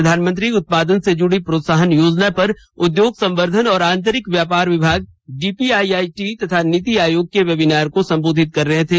प्रधानमंत्री उत्पादन से जुडी प्रोत्साहन योजना पर उद्योग संवर्धन और आंतरिक व्यापार विभाग D P I I T तथा नीति आयोग के वेबिनार को सम्बोधित कर रहे थे